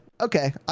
Okay